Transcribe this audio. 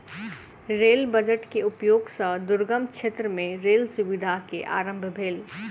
rail budget के उपयोग सॅ दुर्गम क्षेत्र मे रेल सुविधा के आरम्भ भेल